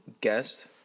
guest